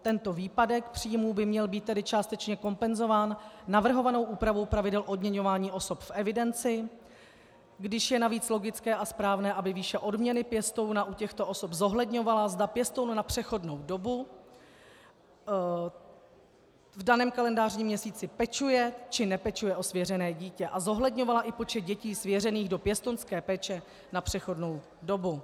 Tento výpadek příjmu by měl být tedy částečně kompenzován navrhovanou úpravou pravidel odměňování osob v evidenci, když je navíc logické a správné, aby výše odměny pěstouna u těchto osob zohledňovala, zda pěstoun na přechodnou dobu v daném kalendářním měsíci pečuje, či nepečuje o svěřené dítě, a zohledňovala i počet dětí svěřených do pěstounské péče na přechodnou dobu.